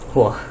!wah!